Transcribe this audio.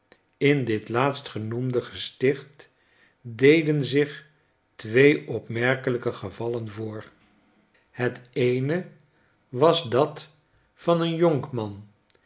in ditlaatst genoemde gesticht deden zich twee opmerkelijke gevallen voor het eene was dat van een jonkman